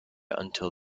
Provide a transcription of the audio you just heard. until